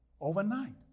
overnight